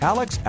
Alex